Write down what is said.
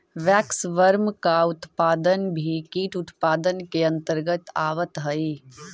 waxworm का उत्पादन भी कीट उत्पादन के अंतर्गत आवत है